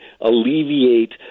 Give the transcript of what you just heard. alleviate